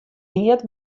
neat